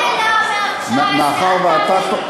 תענה ל-119,